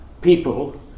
people